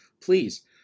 please